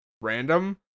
random